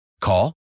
Call